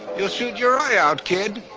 you'll shoot your eye out, kid.